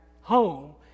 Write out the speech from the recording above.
home